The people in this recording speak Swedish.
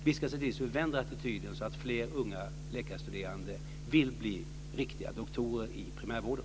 Vi ska se till så att vi vänder attityden så att fler unga läkarstuderande vill bli riktiga doktorer i primärvården.